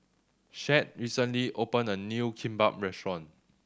Shad recently opened a new Kimbap Restaurant